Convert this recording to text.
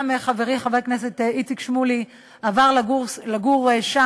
גם חברי חבר הכנסת איציק שמולי עבר לגור שם,